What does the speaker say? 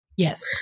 Yes